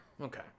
Okay